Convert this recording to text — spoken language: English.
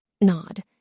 Nod